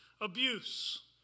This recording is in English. abuse